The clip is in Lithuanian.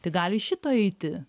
tai gali iš šito eiti